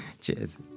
Cheers